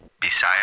Bisaya